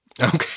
Okay